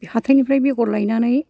हाथायनिफ्राय बेगर लायनानै